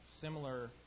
Similar